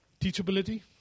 Teachability